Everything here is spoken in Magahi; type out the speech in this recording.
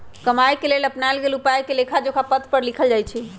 कमाए के लेल अपनाएल गेल उपायके लेखाजोखा पत्र पर लिखल जाइ छइ